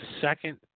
second